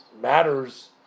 matters